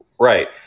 Right